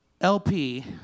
LP